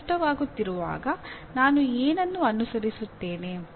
ನನಗೆ ಕಷ್ಟವಾಗುತ್ತಿರುವಾಗ ನಾನು ಏನನ್ನು ಅನುಸರಿಸುತ್ತೇನೆ